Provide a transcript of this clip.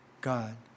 God